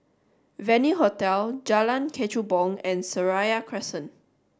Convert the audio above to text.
Venue Hotel Jalan Kechubong and Seraya Crescent